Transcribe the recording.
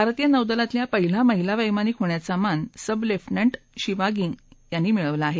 भारतीय नौदलातल्या पहिल्या महिला वैमानिक होण्याचा मान सब लेफटनंट शिवांगी यांनी मिळवला आहे